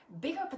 bigger